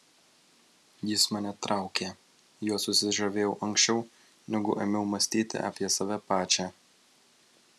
jis mane traukė juo susižavėjau anksčiau negu ėmiau mąstyti apie save pačią